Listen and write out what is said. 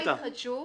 קודם כל